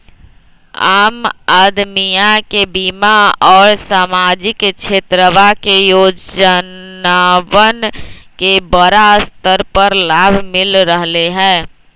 आम अदमीया के बीमा और सामाजिक क्षेत्रवा के योजनावन के बड़ा स्तर पर लाभ मिल रहले है